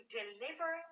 deliver